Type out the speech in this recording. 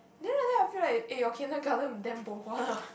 then after that I feel like eh your kindergarten damn bo hua